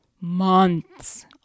months